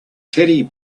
teddy